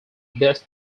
best